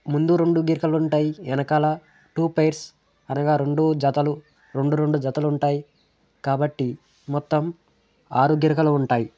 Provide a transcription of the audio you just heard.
ముందు రెండు గిరకలు ఉంటాయి వెనకాల టూ పెయిర్స్ అనగా రెండు జతలు రెండు రెండు జతలు ఉంటాయి కాబట్టి మొత్తం ఆరు గిరకలు ఉంటాయి